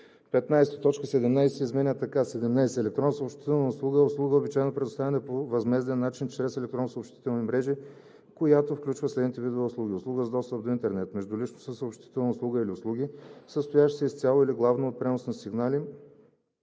17 се изменя така: „17. „Електронна съобщителна услуга“ е услуга, обичайно предоставяна по възмезден начин чрез електронни съобщителни мрежи, която включва следните видове услуги: услуга за достъп до интернет; междуличностна съобщителна услуга и услуги, състоящи се изцяло или главно от пренос на сигнали,